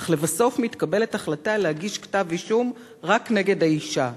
אך לבסוף מתקבלת החלטה להגיש כתב אישום רק נגד האשה?